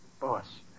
Boss